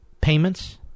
payments